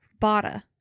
Bada